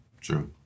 True